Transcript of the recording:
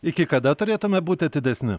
iki kada turėtume būti atidesni